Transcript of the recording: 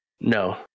No